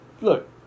Look